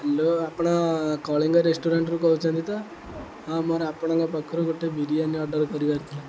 hello ଆପଣ କଳିଙ୍ଗ ରେଷ୍ଟୁରାଣ୍ଟରୁ କହୁଛନ୍ତି ତ ହଁ ମୋର ଆପଣଙ୍କ ପାଖରୁ ଗୋଟେ ବିରିୟାନୀ ଅର୍ଡ଼ର୍ କରିବାର ଥିଲା